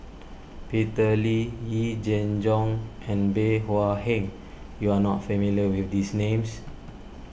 Peter Lee Yee Jenn Jong and Bey Hua Heng you are not familiar with these names